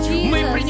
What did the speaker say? Jesus